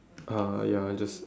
uh ya just